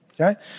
Okay